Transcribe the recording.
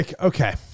okay